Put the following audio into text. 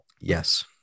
Yes